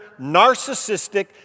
narcissistic